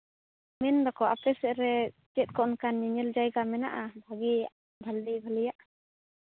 ᱢᱮᱱ ᱫᱟᱠᱚ ᱟᱯᱮ ᱥᱮᱫ ᱨᱮ ᱚᱱᱠᱟᱱ ᱧᱮᱧᱮᱞ ᱡᱟᱭᱜᱟ ᱢᱮᱱᱟᱜᱼᱟ ᱵᱷᱟᱜᱮᱭᱟᱜ ᱵᱷᱟᱞᱮ ᱵᱷᱟᱹᱞᱤᱭᱟᱜ